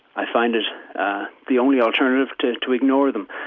i find it the only alternative to to ignore them,